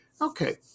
okay